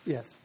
Yes